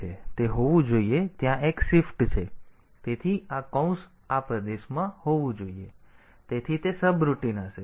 તેથી તે હોવું જોઈએ ત્યાં એક શિફ્ટ છે તેથી આ કૌંસ આ પ્રદેશમાં હોવું જોઈએ જેથી તે સબરૂટિન હશે